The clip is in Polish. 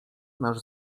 nasz